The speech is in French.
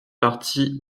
parti